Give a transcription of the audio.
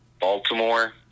Baltimore